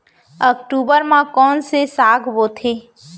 अक्टूबर मा कोन से साग बोथे?